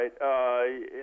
right